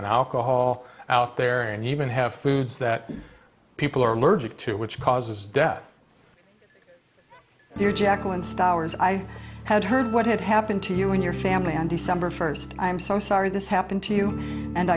and alcohol out there and even have foods that people are allergic to which causes death there jaclyn stars i had heard what had happened to you and your family on december first i'm so sorry this happened to you and